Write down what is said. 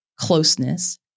closeness